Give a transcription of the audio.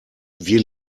wir